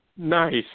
Nice